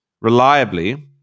reliably